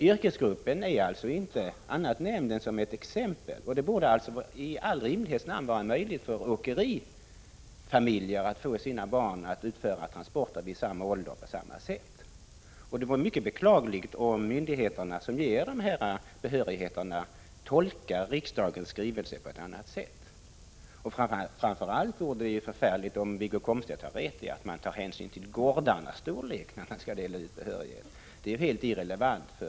Yrkesgruppen jordbrukare är inte nämnd annat än som ett exempel, och det borde i all rimlighets namn vara möjligt att barn i åkerifamiljer skulle få utföra transporter vid samma ålder och på samma sätt. Det vore mycket beklagligt om de myndigheter som utfärdar dessa behörigheter tolkar riksdagens skrivelse på ett annat sätt. Framför allt vore det förkastligt om Wiggo